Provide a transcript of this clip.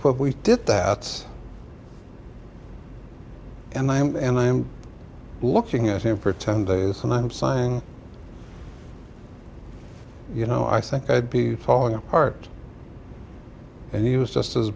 but we did that and i am and i am looking at him for ten days and i'm sighing you know i think i'd be falling apart and he was just as